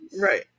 Right